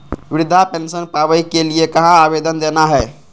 वृद्धा पेंसन पावे के लिए कहा आवेदन देना है?